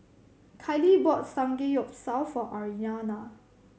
Kailee bought Samgeyopsal for Aryanna